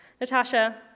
Natasha